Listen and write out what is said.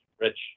rich